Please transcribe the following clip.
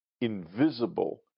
invisible